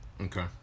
Okay